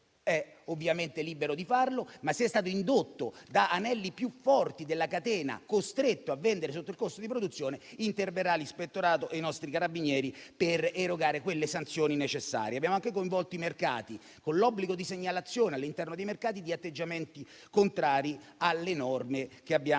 è ovviamente libero di farlo, ma se è stato indotto da anelli più forti della catena, costretto a vendere a un prezzo inferiore al costo di produzione, interverranno l'ispettorato e i nostri carabinieri per erogare le sanzioni necessarie. Abbiamo anche coinvolto i mercati con l'obbligo di segnalazione, al loro interno, di atteggiamenti contrari alle norme che abbiamo appena